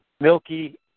milky